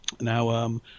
Now